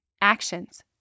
Actions